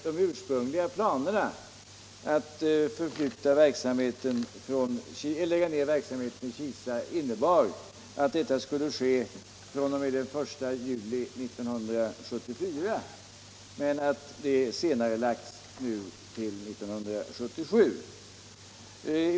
De ursprungliga planerna att lägga ned verksamheten i Kisa innebar att detta skulle ske fr.o.m. den 1 juli 1974, men det har nu senarelagts till 1977.